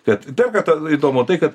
kad dar kartą įdomu tai kad